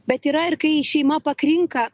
bet yra ir kai šeima pakrinka